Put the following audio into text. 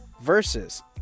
versus